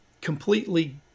completely